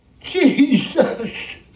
Jesus